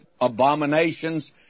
abominations